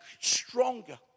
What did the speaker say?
stronger